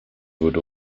would